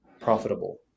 profitable